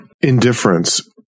indifference